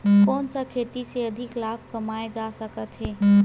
कोन सा खेती से अधिक लाभ कमाय जा सकत हे?